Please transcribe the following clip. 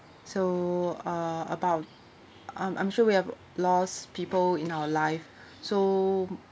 so uh about I'm I'm sure we have lost people in our life so